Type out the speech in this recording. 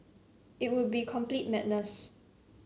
it would be complete madness